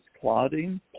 clotting